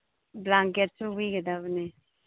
blanket ꯁꯨꯕꯤꯒꯗꯕꯅꯤ